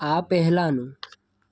આ પહેલાંનું